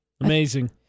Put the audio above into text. Amazing